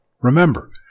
Remember